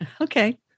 Okay